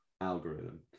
algorithm